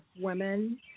women